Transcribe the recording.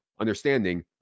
understanding